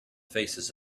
faces